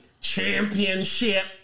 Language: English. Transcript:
championship